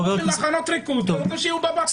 עושים מחנות ריכוז ורוצים שיהיו בבתים.